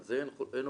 על זה אין עוררין.